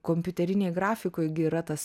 kompiuterinėj grafikoj gi yra tas